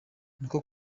nuko